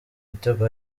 ibitego